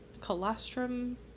colostrum